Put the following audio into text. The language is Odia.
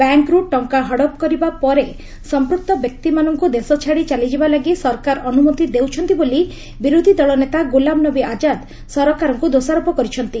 ବ୍ୟାଙ୍କ୍ର ଟଙ୍କା ହଡ଼ପ କରିବା ପରେ ସମ୍ପୁକ୍ତ ବ୍ୟକ୍ତିମାନଙ୍କ ଦେଶଛାଡ଼ି ଚାଲିଯିବାଲାଗି ସରକାର ଅନ୍ଦ୍ରମତି ଦେଉଛନ୍ତି ବୋଲି ବିରୋଧି ଦଳ ନେତା ଗୁଲାମ ନବୀ ଆକ୍ରାଦ୍ ସରକାରଙ୍କୁ ଦୋଷାରୋପ କରିଛନ୍ତି